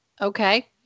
Okay